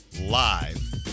Live